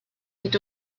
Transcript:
est